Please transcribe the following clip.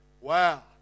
Wow